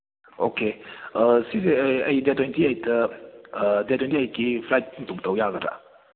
okay ꯑ ꯁꯤꯁꯦ ꯑꯩ ꯗꯦꯠ ꯇ꯭ꯋꯦꯟꯇꯤ ꯑꯩꯠꯇ ꯗꯦꯠ ꯇ꯭ꯋꯦꯟꯇꯤ ꯑꯩꯠꯀꯤ ꯐ꯭ꯂꯥꯏꯠ ꯕꯨꯛ ꯇꯧ ꯌꯥꯒꯗ꯭ꯔꯥ